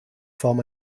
form